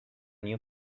new